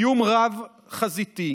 איום רב-חזיתי,